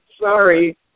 Sorry